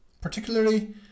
particularly